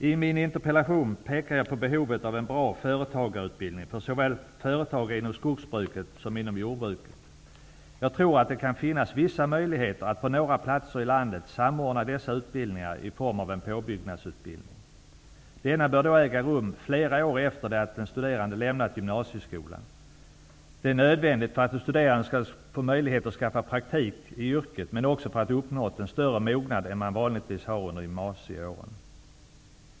I min interpellation pekar jag på behovet av en bra företagarutbildning för företagare såväl inom skogsbruket som inom jordbruket. Jag tror att det kan finnas vissa möjligheter att på några platser i landet samordna dessa utbildningar i form av en påbyggnadsutbildning. Denna bör äga rum flera år efter det att den studerande lämnat gymnasieskolan. Det är nödvändigt för att den studerande skall få möjlighet att skaffa praktik i yrket men också för att denne skall uppnå en större mognad än vad man vanligtvis har under gymnasieåren.